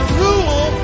rule